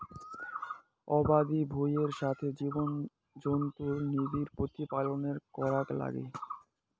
আবাদি ভুঁইয়ের সথে জীবজন্তুুর নিবিড় প্রতিপালন করার নাগে